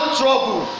trouble